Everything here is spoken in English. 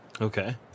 Okay